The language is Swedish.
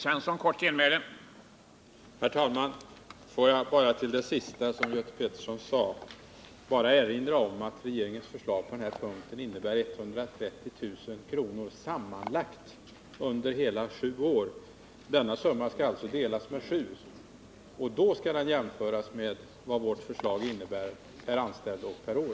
Herr talman! Får jag bara till det sista som Göte Pettersson sade erinra om att regeringens förslag på den här punkten innebär 130 000 kr. sammanlagt under hela sju år. Denna summa skall alltså delas med 7, om den skall jämföras med vad vårt förslag innebär per anställd och år.